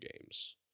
games